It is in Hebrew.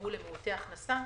תגמול למעוטי הכנסה,